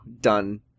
done